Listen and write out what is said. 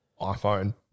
iPhone